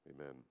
Amen